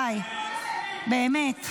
די, באמת.